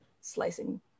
slicing